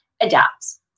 adapts